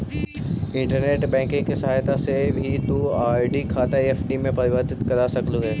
internet banking की सहायता से भी तु आर.डी खाता एफ.डी में परिवर्तित करवा सकलू हे